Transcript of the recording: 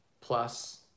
plus